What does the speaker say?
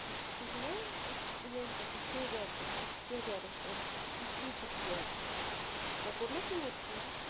تُہۍ چھُو نا ٲں سُہ ییٚمہِ پٮ۪ٹھ شیٚہجار پٮ۪ٹھ شیٚہجار ریٚسٹورنٛٹ یُس عیٖدگاہ چھُ واقع مےٚ کوٚر نا توٗرۍ فون